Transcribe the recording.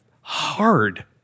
hard